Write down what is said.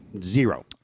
Zero